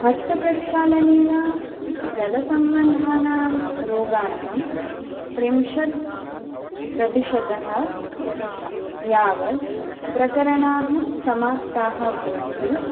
हस्तप्रक्षालनेन जलसम्बन्धानां रोगानां त्रिंशत्प्रतिशतम् यावत् प्रकरणाः समाप्ताः भवन्ति